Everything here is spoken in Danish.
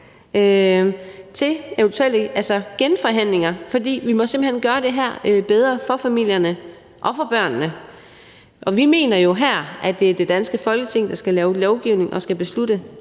til eventuelle genforhandlinger, fordi vi simpelt hen må gøre det her bedre for familierne og for børnene. Vi mener jo, at det er det danske Folketing, der skal lave lovgivning og beslutte,